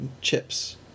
chips